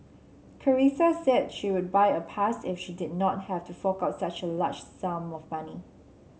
Carissa said she would buy a pass if she did not have to fork out such a large lump sum of money